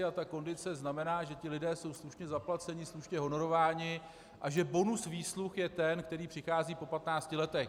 A ta kondice znamená, že lidé jsou slušně zaplaceni, slušně honorováni a že bonus výsluh je ten, který přichází po 15 letech.